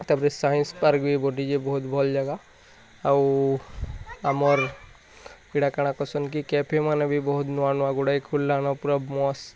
ତାପରେ science park ବି ବନିଛେ ବହୁତ୍ ଭଲ୍ ଜାଗା ଆଉ ଆମର୍ ଇଟା କାଣା କହେସନ୍ କି କେଫେମାନେ ବି ବହୁତ୍ ନୂଆ ନୂଆ ଗୁଡ଼ାଏ ଖୁଲ୍ଲାନ ପୁରା ମସ୍ତ